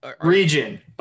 Region